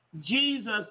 Jesus